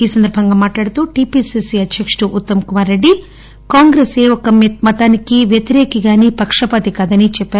ఈ సందర్బంగా మాట్లాడుతూ టిపిసిసి అధ్యకుడు ఉత్తమ్ కుమార్ రెడ్డి కాంగ్రెస్ ఏ ఒక్క మతానికి వ్యతిరేకి కానీ పక్షపాతి కాదని చెప్పారు